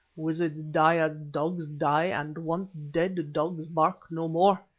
wizards die as dogs die, and, once dead, dogs bark no more.